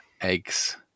eggs